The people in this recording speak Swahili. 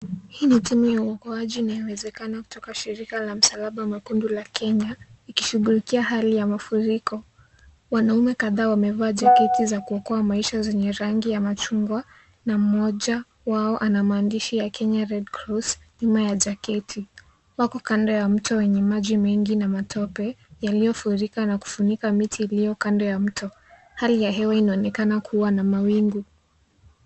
Hii ni timu ya uokoaji inayowezekana kutoka shirika la msalaba mwekundu la Kenya ikishughulikia hali ya mafuriko. Wanaume kadhaa wamevaa jaketi za kuokoa maisha zenye rangi ya machungwa na mmoja wao ana maandishi ya Kenya red cross nyuma ya jaketi. Wako kando ya mto wenye maji mengi na matope yaliyofurika na kufunika miti iliyo kando ya mto. Hali ya hewa inaonekana kuwa na mawingu.